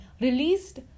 released